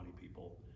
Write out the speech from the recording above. people